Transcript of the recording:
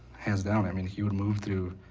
hands down. i mean, he would move through,